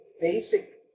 basic